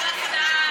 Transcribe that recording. אתה פחדן.